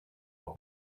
leur